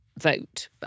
vote